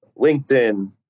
LinkedIn